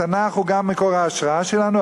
התנ"ך הוא גם מקור ההשראה שלנו,